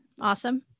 awesome